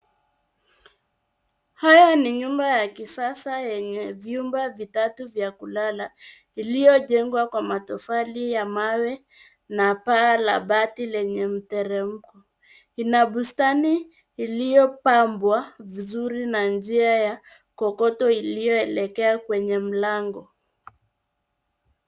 Haya ni nyumba ya kisasa yenye vyumba vitatu vya kulala iliyojengwa kwa matofali ya mawe na paa la bati lenye mteremko. Ina bustani iliyopambwa vizuri na njia ya kokoto iliyoelekea kwenye mlango.